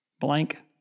blank